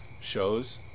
shows